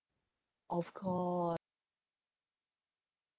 of course